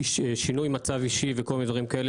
שינוי מצב אישי וכל מיני דברים כאלה